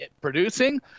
producing